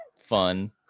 fun